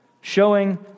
Showing